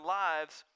lives